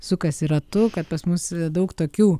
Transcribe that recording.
sukasi ratu kad pas mus daug tokių